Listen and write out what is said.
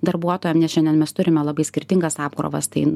darbuotojam nes šiandien mes turime labai skirtingas apkrovas tai